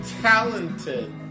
talented